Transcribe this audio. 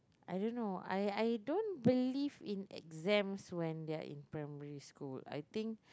I don't know I I don't believe in exams when they are in primary school I think